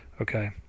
Okay